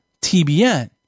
TBN